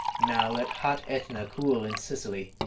now let hot aetna cool in sicily,